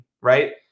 right